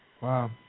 Wow